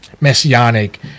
messianic